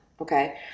Okay